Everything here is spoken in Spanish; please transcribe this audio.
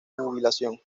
jubilación